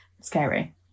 scary